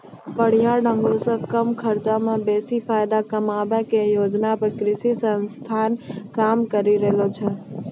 बढ़िया ढंगो से कम खर्चा मे बेसी फायदा कमाबै के योजना पे कृषि संस्थान काम करि रहलो छै